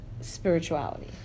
spirituality